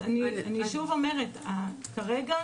אני שוב אומרת, כרגע